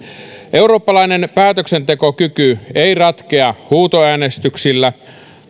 eurooppalainen päätöksentekokyky ei ratkea huutoäänestyksillä